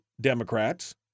Democrats